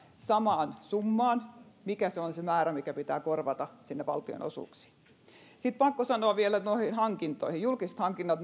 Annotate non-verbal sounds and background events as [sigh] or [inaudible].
samaan summaan mikä on se määrä mikä pitää korvata sinne valtionosuuksiin sitten on pakko sanoa vielä noista hankinnoista julkiset hankinnat [unintelligible]